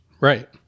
Right